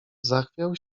zachwiał